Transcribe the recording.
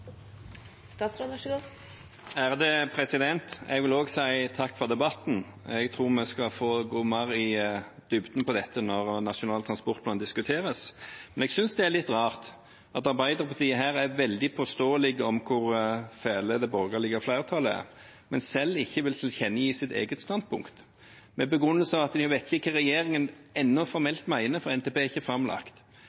Jeg vil også si takk for debatten. Jeg tror vi skal få gått mer i dybden på dette når Nasjonal transportplan diskuteres. Men jeg synes det er litt rart at Arbeiderpartiet her er veldig påståelig på hvor fælt det borgerlige flertallet er, men selv ikke vil tilkjennegi sitt eget standpunkt, med begrunnelsen at de ennå ikke vet hva regjeringen